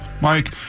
Mike